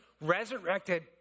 resurrected